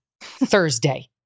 Thursday